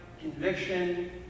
conviction